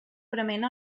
prement